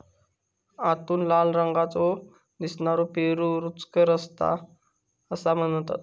आतून लाल रंगाचो दिसनारो पेरू रुचकर असता असा म्हणतत